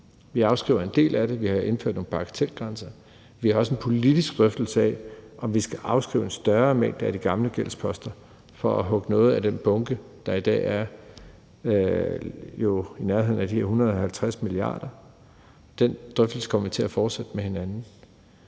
Vi afskriver en del af det, vi har indført nogle bagatelgrænser. Vi har også en politisk drøftelse af, om vi skal afskrive en større mængde af de gamle gældsposter for at hugge noget af den bunke, der jo i dag er i nærheden af de her 150 mia. kr. Den drøftelse kommer vi til at fortsætte med at